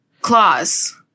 Claws